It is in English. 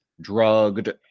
drugged